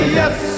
yes